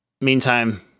Meantime